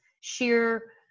sheer